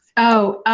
oh,